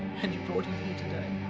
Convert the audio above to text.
and you brought him here today.